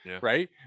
right